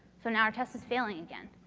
so, now our test is failing again.